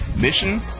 mission